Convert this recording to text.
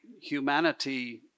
humanity